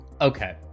Okay